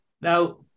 Now